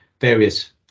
various